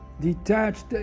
detached